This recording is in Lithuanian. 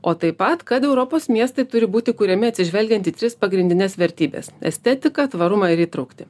o taip pat kad europos miestai turi būti kuriami atsižvelgiant į tris pagrindines vertybes estetiką tvarumą ir įtrauktį